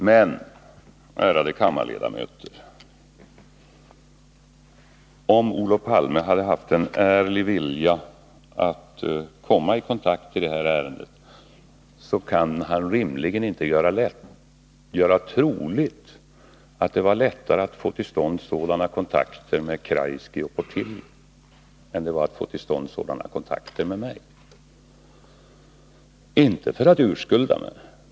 Men, ärade kammarledamöter, om Olof Palme hade haft en ärlig vilja att få kontakt i det här ärendet, så kan han rimligen inte göra troligt att det var lättare att få till stånd sådana kontakter med Kreisky och Portillo än det var att få till stånd sådana kontakter med mig. Jag säger det inte för att urskulda mig.